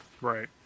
Right